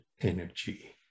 energy